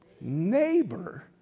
neighbor